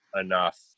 enough